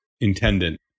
Intendant